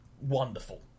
wonderful